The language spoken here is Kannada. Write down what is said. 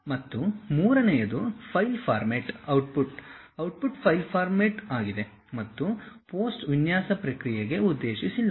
ಮತ್ತು ಮೂರನೆಯದು file format output file format ಆಗಿದೆ ಮತ್ತು ಪೋಸ್ಟ್ ವಿನ್ಯಾಸ ಪ್ರಕ್ರಿಯೆಗೆ ಉದ್ದೇಶಿಸಿಲ್ಲ